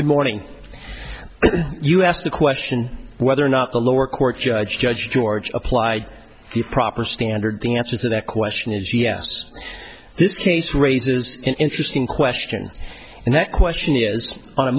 good morning you asked the question whether or not the lower court judge judge george applied the proper standard the answer to that question is yes this case raises an interesting question and that question is on a